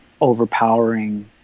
overpowering